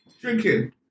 drinking